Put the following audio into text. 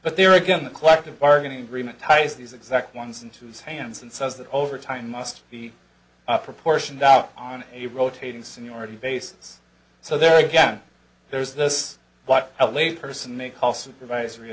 but there again the collective bargaining agreement ties these exact ones into his hands and says that overtime must be proportioned out on a rotating seniority basis so there again there's this what lay person may call supervisory